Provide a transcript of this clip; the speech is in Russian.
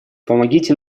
помогите